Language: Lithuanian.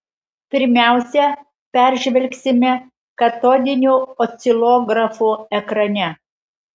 pirmiausia peržvelgsime katodinio oscilografo ekrane